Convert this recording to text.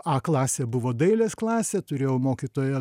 a klasė buvo dailės klasė turėjau mokytoją